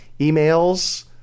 emails